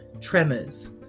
tremors